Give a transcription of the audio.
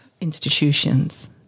institutions